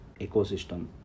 ecosystem